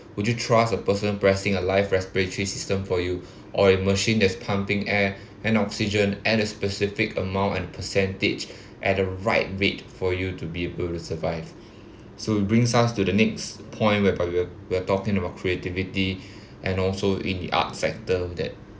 would you trust a person pressing a life respiratory system for you or a machine that's pumping air and oxygen at a specific amount and percentage at a right rate for you to be able to survive so it brings us to the next point whereby we're we're talking about creativity and also in the arts sector that